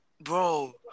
Bro